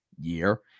year